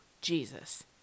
Jesus